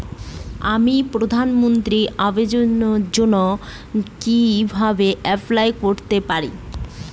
আমি প্রধানমন্ত্রী আবাস যোজনার জন্য কিভাবে এপ্লাই করতে পারি?